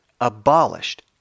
abolished